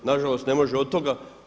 Nažalost, ne može od toga.